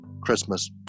Christmas